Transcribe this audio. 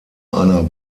einer